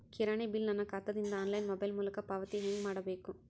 ಕಿರಾಣಿ ಬಿಲ್ ನನ್ನ ಖಾತಾ ದಿಂದ ಆನ್ಲೈನ್ ಮೊಬೈಲ್ ಮೊಲಕ ಪಾವತಿ ಹೆಂಗ್ ಮಾಡಬೇಕು?